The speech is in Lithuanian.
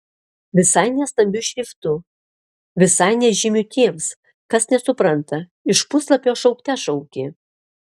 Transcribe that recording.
visai ne stambiu šriftu visai nežymiu tiems kas nesupranta iš puslapio šaukte šaukė